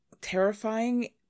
terrifying